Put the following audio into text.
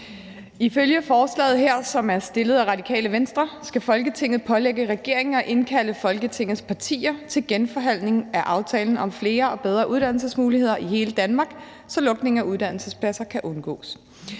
Ifølge forslaget her, som er fremsat af Radikale Venstre, skal Folketinget pålægge regeringen at indkalde Folketingets partier til genforhandling af aftalen om flere og bedre uddannelsesmuligheder i hele Danmark, så lukning af uddannelsespladser kan undgås.